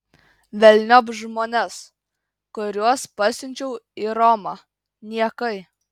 velniop žmones kuriuos pasiunčiau į romą niekai